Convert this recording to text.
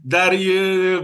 dar į